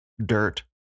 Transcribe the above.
Dirt